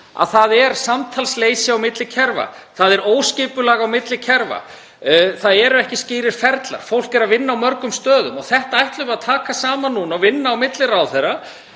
að það er samtalsleysi á milli kerfa. Það er óskipulag á milli kerfa. Það eru ekki skýrir ferlar, fólk er að vinna á mörgum stöðum. Þetta ætlum við að taka saman núna og vinna á milli ráðherra.